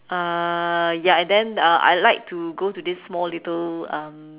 uh ya and then uh I like to go to this small little um